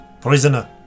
Prisoner